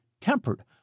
tempered